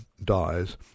dies